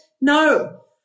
No